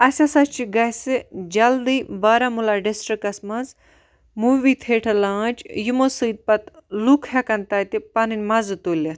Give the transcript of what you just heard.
اَسہِ ہَسا چھُ گَژھِ جَلدی بارہمُلہ ڈِسٹرکَس مَنٛز مووی تھیٹر لانٛچ یِمو سۭتۍ پَتہٕ لُکھ ہیٚکَن تَتہِ پَننۍ مَزٕ تُلِتھ